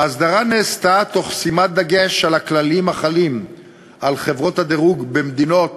ההסדרה נעשתה תוך שימת דגש על הכללים החלים על חברות הדירוג במדינות